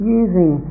using